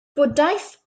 bwdhaeth